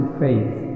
faith